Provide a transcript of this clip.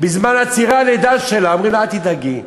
בזמן צירי הלידה שלה אומרים לה: אל תדאגי,